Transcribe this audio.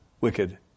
wicked